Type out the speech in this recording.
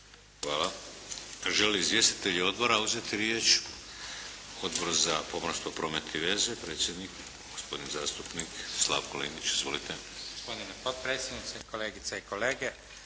Hvala. Žele li izvjestitelji Odbora uzeti riječ? Odbor za pomorstvo, promet i veze, predsjednik gospodin zastupnik Slavko Linić. Izvolite. **Linić, Slavko (SDP)** Gospodine potpredsjedniče, kolegice i kolege.